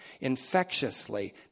infectiously